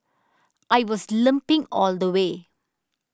I was limping all the way